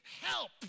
help